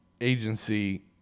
Agency